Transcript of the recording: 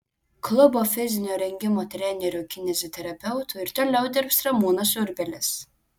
klubo fizinio rengimo treneriu kineziterapeutu ir toliau dirbs ramūnas urbelis